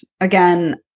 again